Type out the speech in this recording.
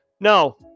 No